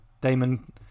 Damon